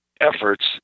efforts